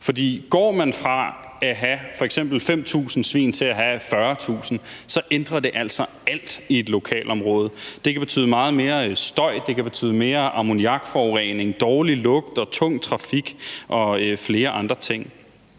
går man fra at have f.eks. 5.000 svin til at have 40.000, ændrer det altså alt i et lokalområde. Det kan betyde meget mere støj, mere ammoniakforurening, dårlig lugt, tung trafik og flere andre ting,